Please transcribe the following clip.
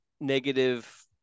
negative